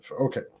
Okay